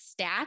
stats